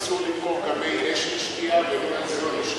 אסור למכור גם מי אש לשתייה, לשתייה.